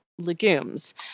Legumes